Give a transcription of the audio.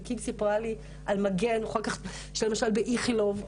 וקים סיפרה לי על מה שיש למשל באיכילוב.